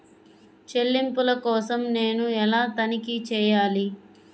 చెల్లింపుల కోసం నేను ఎలా తనిఖీ చేయాలి?